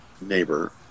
neighbor